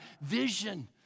vision